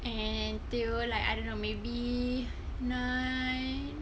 until like I don't know maybe nine